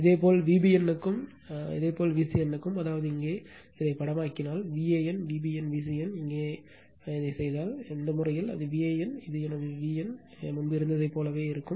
இதேபோல் Vbn க்கும் இதேபோல் Vcn க்கும் அதாவது இங்கே படமாக்கினால் Van Vbn Vcn இங்கே படமாக்கினால் செய்தால் எனவே இந்த முறையில் அது Van இது எனது Van முன்பு இருந்ததைப் போலவே இருந்தது